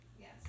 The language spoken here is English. Yes